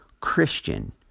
Christian